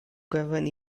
gwefan